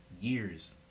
years